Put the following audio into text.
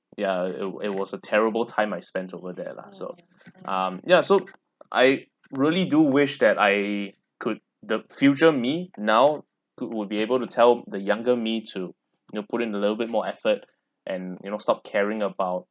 ya uh it it was a terrible time I spent over there lah so um ya so I really do wish that I could the future me now could will be able to tell the younger me to you know put in a little bit more effort and you know stop caring about